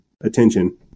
attention